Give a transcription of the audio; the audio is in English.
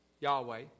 Yahweh